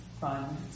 fun